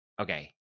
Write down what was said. Okay